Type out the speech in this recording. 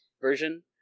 version